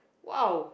!wow!